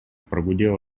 прогудела